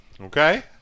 Okay